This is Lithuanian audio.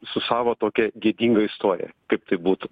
su savo tokia gėdinga istorija kaip tai būtų